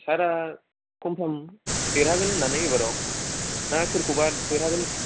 सारा कमफ्राम देरहागोन होननानै एबाराव ना सोरखौबा देरहागोन